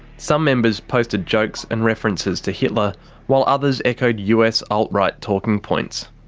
some members posted jokes and references to hitler, while others echoed us alt-right talking points.